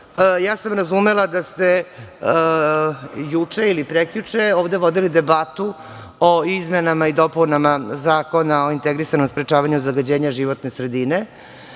sam razumela da ste juče ili prekjuče ovde vodili debatu o izmenama i dopunama Zakona o integrisanom sprečavanju zagađenja životne sredine